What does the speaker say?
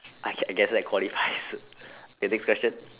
I get I guess I qualifies k next question